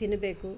ತಿನ್ನಬೇಕು